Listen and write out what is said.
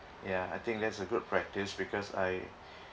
ya I think that's a good practice because I